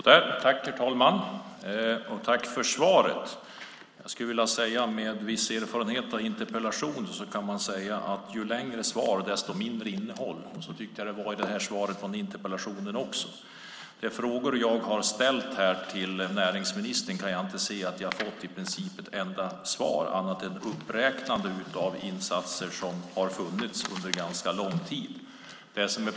Herr talman! Tack för svaret! Med viss erfarenhet av interpellationer skulle jag vilja säga att ju längre svar, desto mindre innehåll. Så tycker jag att det var också med svaret på denna interpellation. Jag kan inte se att jag fått i princip ett enda svar på de frågor jag har ställt till näringsministern, förutom en uppräkning av insatser som har funnits under ganska lång tid.